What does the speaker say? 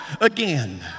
again